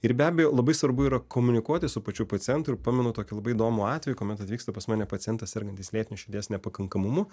ir be abejo labai svarbu yra komunikuoti su pačiu pacientu ir pamenu tokį labai įdomų atvejį kuomet atvyksta pas mane pacientas sergantis lėtiniu širdies nepakankamumu